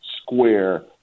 square